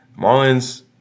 Marlins